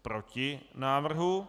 Proti návrhu.